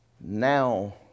Now